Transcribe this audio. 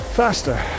faster